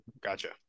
Gotcha